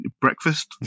Breakfast